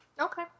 Okay